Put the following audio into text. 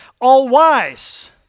all-wise